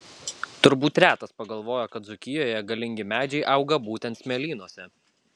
turbūt retas pagalvoja kad dzūkijoje galingi medžiai auga būtent smėlynuose